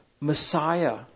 Messiah